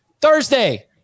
Thursday